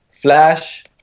Flash